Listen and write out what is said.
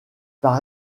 par